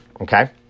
Okay